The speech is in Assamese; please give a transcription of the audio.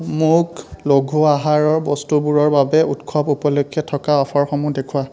মোক লঘু আহাৰৰ বস্তুবোৰৰ বাবে উৎসৱ উপলক্ষে থকা অফাৰসমূহ দেখুওৱা